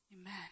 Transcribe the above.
Amen